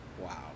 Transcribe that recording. Wow